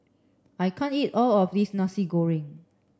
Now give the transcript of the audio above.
I can't eat all of this Nasi Goreng